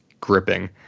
gripping